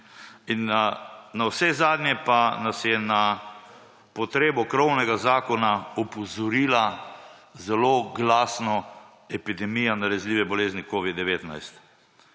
In navsezadnje pa nas je na potrebo krovnega zakona opozorila zelo glasno epidemija nalezljive bolezni covid-19.